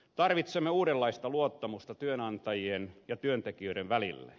tarvitsemme uudenlaista luottamusta työnantajien ja työntekijöiden välille